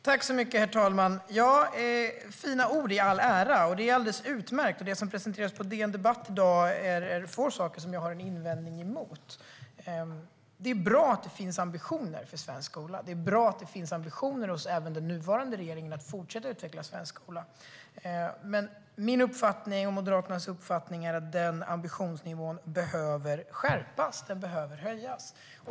Herr talman! Fina ord i all ära, och det är få saker av det som presenteras på DN Debatt i dag som jag har invändningar emot. Det är bra att det finns ambitioner för svensk skola och även hos den nuvarande regeringen att fortsätta att utveckla svensk skola. Min och Moderaternas uppfattning är att den ambitionsnivån behöver höjas.